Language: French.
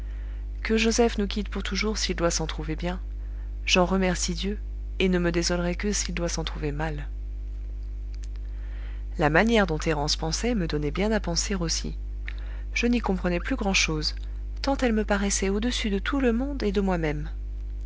que joseph nous quitte pour toujours s'il doit s'en trouver bien j'en remercie dieu et ne me désolerai que s'il doit s'en trouver mal la manière dont thérence pensait me donnait bien à penser aussi je n'y comprenais plus grand'chose tant elle me paraissait au-dessus de tout le monde et de moi-même